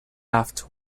aft